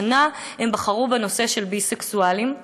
השנה הם בחרו בנושא של ביסקסואלים,